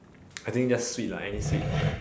I think just sweet lah any sweet